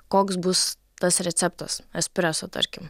koks bus tas receptas espreso tarkim